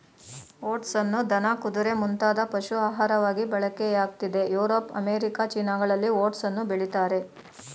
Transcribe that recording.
ಓಟ್ಸನ್ನು ದನ ಕುದುರೆ ಮುಂತಾದ ಪಶು ಆಹಾರವಾಗಿ ಬಳಕೆಯಾಗ್ತಿದೆ ಯುರೋಪ್ ಅಮೇರಿಕ ಚೀನಾಗಳಲ್ಲಿ ಓಟ್ಸನ್ನು ಬೆಳಿತಾರೆ